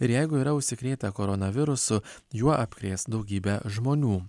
ir jeigu yra užsikrėtę koronavirusu juo apkrės daugybę žmonių